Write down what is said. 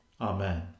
Amen